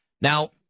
Now